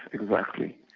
exactly.